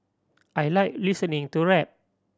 I like listening to rap